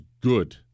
good